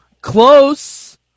Close